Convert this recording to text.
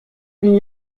bin